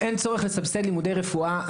אין צורך לסבסד לימודי רפואה.